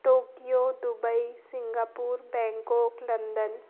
Tokyo Dubai Singapore Bangkok London